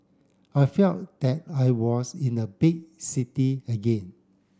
I felt that I was in a big city again